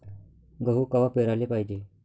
गहू कवा पेराले पायजे?